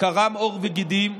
קרם עור וגידים.